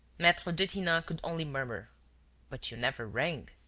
maitre detinan could only murmur but you never rang.